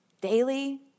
daily